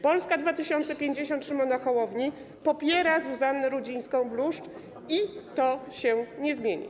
Polska 2050 Szymona Hołowni popiera Zuzannę Rudzińską-Bluszcz i to się nie zmieni.